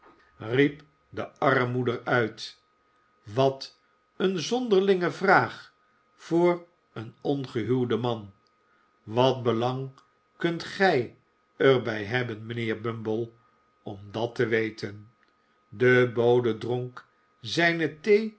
riep de armmoeder uit wat eene zonderlinge vraag voor een onge huwd man wat belang kunt gij er bij hebben j mijnheer bumble om dat te weten de bode dronk zijne